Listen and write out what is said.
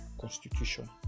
constitution